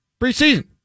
preseason